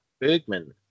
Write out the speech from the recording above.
Bergman